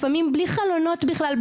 לפעמים אפילו בלי חלונות בכלל,